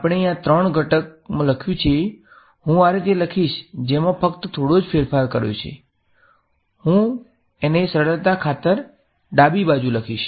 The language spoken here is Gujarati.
આપણી આ ત્રણ ઘટક માં લખ્યું છે હું આ રીતે લખીશ કે જેમાં ફક્ત થોડો જ ફેરફાર કર્યો છે હુ એને સરળતા ખાતર ડાબી બાજુ લખીશ